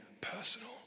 personal